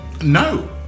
No